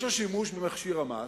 יש השימוש במכשיר המס,